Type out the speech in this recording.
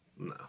No